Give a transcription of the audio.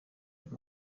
uyu